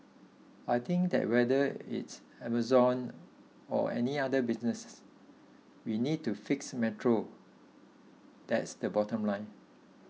I think that whether it's Amazon or any other business we need to fix Metro that's the bottom line